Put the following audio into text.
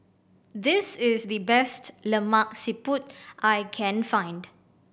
this is the best Lemak Siput I can find